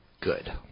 good